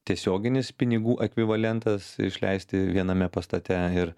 tiesioginis pinigų ekvivalentas išleisti viename pastate ir